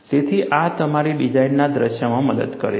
તેથી આ તમારી ડિઝાઇનના દૃશ્યમાં મદદ કરે છે